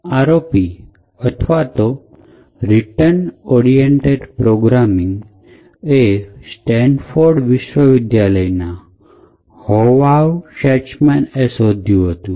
Rop અથવા RETURN ORIENTED PROGRAMMING એ Stanford વિશ્વવિદ્યાલયના hovav shacham એ શોધ્યું હતું